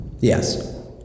Yes